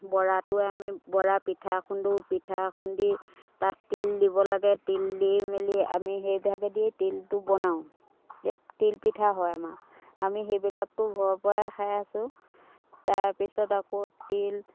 বৰাটোৱে আমি বৰা পিঠা খুন্দো পিঠা খুন্দি তাত তিল দিব লাগে তিল দি মেলি আমি সেইভাগেদিয়ে তিলটো বনাওঁ তিল পিঠা হয় আমাৰ আমি সেইবিলাকতো ঘৰৰ পৰাই খাই আছোঁ তাৰপিছত আকৌ তিল